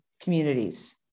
communities